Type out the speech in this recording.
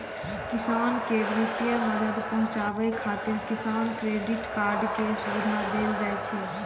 किसान कें वित्तीय मदद पहुंचाबै खातिर किसान क्रेडिट कार्ड के सुविधा देल जाइ छै